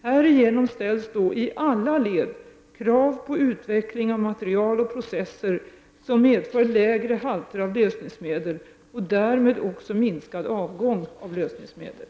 Härigenom ställs "då i alla led krav på utveckling av material och processer som medför lägre halter av lösningsmedel och därmed också minskad avgång av lösningsmedel.